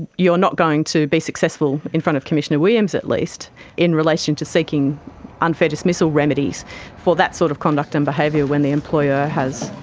you're not going to be successful in front of commissioner williams at least in relation to seeking unfair dismissal remedies for that sort of conduct and behaviour when the employer has,